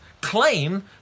claim